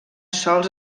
sols